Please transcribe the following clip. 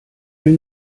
will